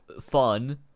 fun